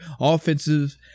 offensive